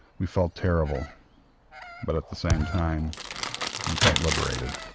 we felt terrible but at the same time we felt liberated